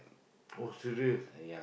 oh serious